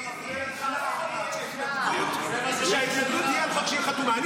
לא יכול להיות שההתנגדות תהיה על חוק שהיא חתומה עליו,